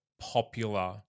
popular